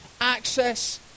Access